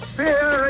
fear